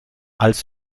als